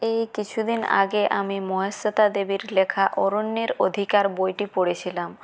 এই কিছুদিন আগে আমি মহাশ্বেতা দেবীর লেখা অরণ্যের অধিকার বইটি পড়েছিলাম